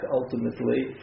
ultimately